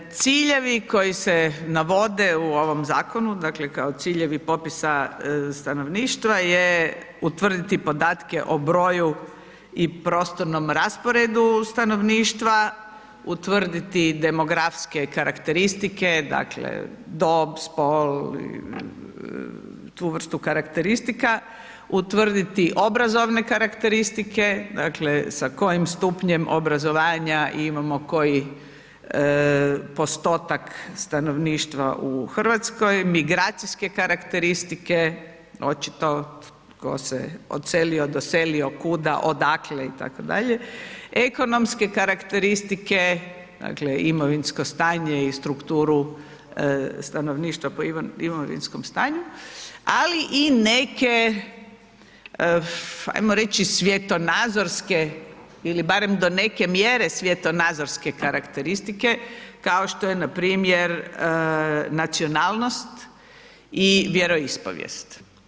Ciljevi koji se navode u ovom zakonu, dakle kao ciljevi popisa stanovništva je utvrditi podatke o broju i prostornom rasporedu stanovništva, utvrditi demografske karakteristike, dakle dob, spol, tu vrstu karakteristika, utvrditi obrazovne karakteristike, dakle sa kojim stupnjem obrazovanja imamo koji postotak stanovništva u RH, migracijske karakteristike, očito tko se odselio, doselio, kuda, odakle itd., ekonomske karakteristike, dakle imovinsko stanje i strukturu stanovništva po imovinskom stanju, ali i neke, ajmo reći, svjetonazorske ili barem do neke mjere svjetonazorske karakteristike kao što je npr. nacionalnost i vjeroispovijest.